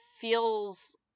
feels